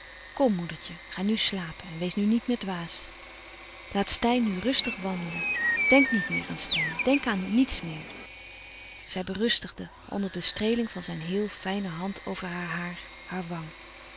kom moedertje ga nu slapen en wees nu niet meer dwaas louis couperus van oude menschen de dingen die voorbij gaan laat steyn nu rustig wandelen denk niet meer aan steyn denk aan niets meer zij berustigde onder de streeling van zijn heel fijne hand over haar haar haar wang